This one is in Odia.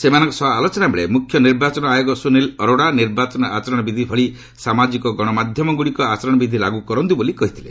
ସେମାନଙ୍କ ସହ ଆଲୋଚନା ବେଳେ ମୁଖ୍ୟ ନିର୍ବାଚନ ଆୟୋଗ ସୁନୀଲ ଆରୋଡ଼ା ନିର୍ବାଚନ ଆଚରଣବିଧି ଭଳି ସାମାଜିକ ଗଣମାଧ୍ୟମଗୁଡ଼ିକ ଆଚରଣବିଧି ଲାଗୁ କରନ୍ତୁ ବୋଲି କହିଥିଲେ